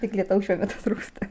tik lietaus šiuo metu trūksta